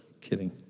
Kidding